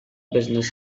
business